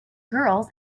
girls